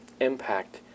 impact